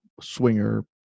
swinger